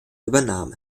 übernahm